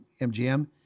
MGM